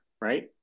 right